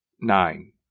nine